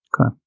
Okay